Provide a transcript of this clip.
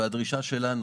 והדרישה שלנו